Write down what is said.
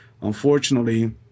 Unfortunately